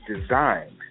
designed